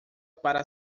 para